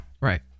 Right